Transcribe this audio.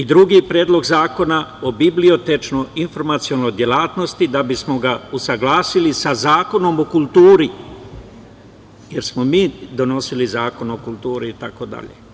Drugi - Predlog zakona o bibliotečko-informacionoj delatnosti, da bismo ga usaglasili za Zakonom o kulturi, jer smo mi donosili Zakon o kulturi itd.